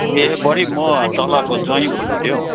ए बडी म तलको ज्वाइँ बोल्दै थिएँ हौ